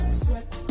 sweat